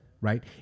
right